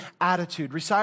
attitude